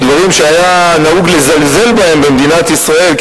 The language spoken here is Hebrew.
דברים שהיה נהוג לזלזל בהם במדינת ישראל,